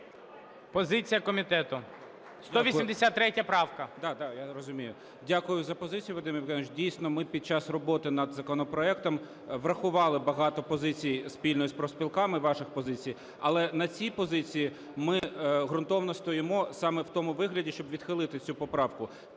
Позиція комітету, 183 правка.